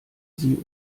sie